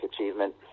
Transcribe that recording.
achievement